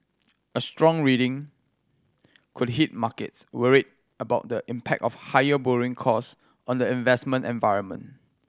a strong reading could hit markets worried about the impact of higher borrowing cost on the investment environment